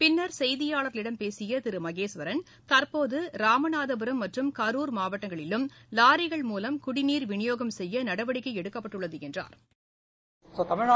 பின்னா் செய்தியாளா்களிடம் பேசிய திரு மகேஸ்வரன் தற்போது ராமநாதபுரம் மற்றும் கரூர் மாவட்டங்களிலும் லாரிகள் மூலம் குடிநீர் விநியோகம் செய்ய நடவடிக்கை எடுக்கப்பட்டுள்ளது என்றா்